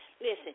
listen